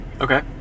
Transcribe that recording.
Okay